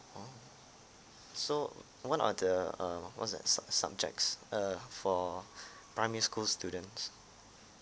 orh so what are the uh what's that sub~ subjects uh for primary school students